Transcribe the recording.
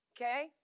Okay